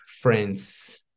friends